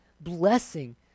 blessing